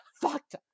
fucked